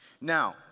Now